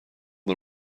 بار